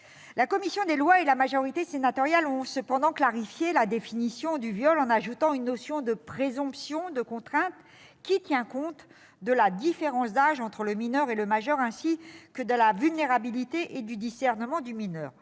La commission des lois et la majorité sénatoriale ont cependant clarifié la définition du viol en ajoutant une notion de présomption de contrainte qui tient compte de la différence d'âge entre le mineur et le majeur, ainsi que de la vulnérabilité et du discernement du mineur.